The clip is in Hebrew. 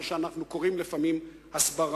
מה שאנחנו קוראים לו לפעמים "הסברה",